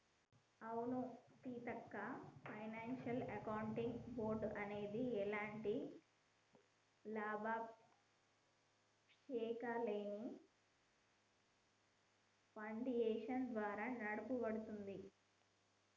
అవును Seethakka financial accounting board అనేది ఎలాంటి లాభాపేక్షలేని ఫాడేషన్ ద్వారా నడపబడుతుంది